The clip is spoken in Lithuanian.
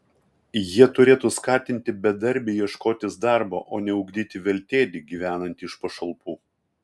jie turėtų skatinti bedarbį ieškotis darbo o ne ugdyti veltėdį gyvenantį iš pašalpų